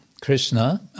Krishna